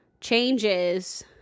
changes